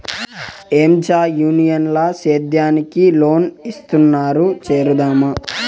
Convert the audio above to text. ఏంచా యూనియన్ ల సేద్యానికి లోన్ ఇస్తున్నారు చేరుదామా